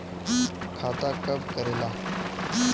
खाता कब करेला?